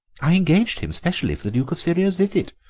i engaged him specially for the duke of syria's visit,